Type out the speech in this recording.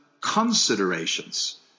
considerations